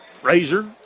Frazier